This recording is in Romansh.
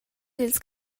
dils